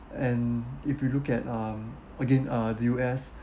and if you look at um again uh the U_S